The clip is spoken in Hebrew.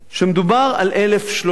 כשמדובר על 1,300,